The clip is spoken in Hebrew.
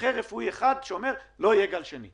מומחה רפואי אחד שאומר שלא יהיה גל שני.